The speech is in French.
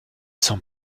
sont